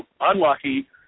unlucky